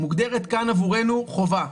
מוגדרת כאן עבורנו חובה,